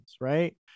right